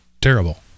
terrible